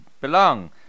Belong